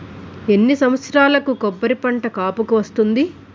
ఎన్ని సంవత్సరాలకు కొబ్బరి పంట కాపుకి వస్తుంది?